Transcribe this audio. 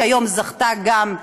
שהיום זכתה גם,